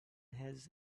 has